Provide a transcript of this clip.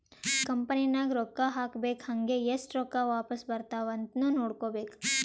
company ನಾಗ್ ರೊಕ್ಕಾ ಹಾಕ್ಬೇಕ್ ಹಂಗೇ ಎಸ್ಟ್ ರೊಕ್ಕಾ ವಾಪಾಸ್ ಬರ್ತಾವ್ ಅಂತ್ನು ನೋಡ್ಕೋಬೇಕ್